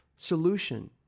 solution